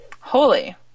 holy